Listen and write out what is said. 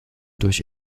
durch